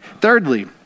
Thirdly